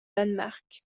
danemark